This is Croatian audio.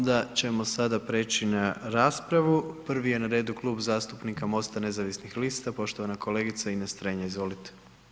Onda ćemo sada preći na raspravu, prvi je na redu Klub zastupnika MOST-a nezavisnih lista, poštovana kolegica Ines Strenja, izvolite.